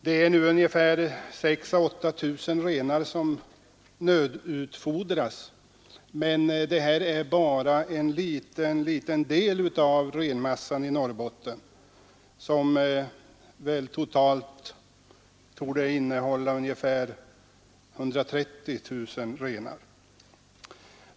För närvarande nödutfodras 6 000—8 000 renar, men detta är bara en liten del av renmassan i Norrbotten, som väl totalt torde innehålla ungefär 130 000 renar.